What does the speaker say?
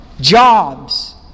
jobs